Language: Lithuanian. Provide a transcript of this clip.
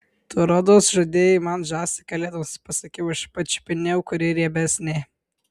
tu rodos žadėjai man žąsį kalėdoms pasakiau aš pačiupinėjau kuri riebesnė